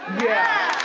yeah,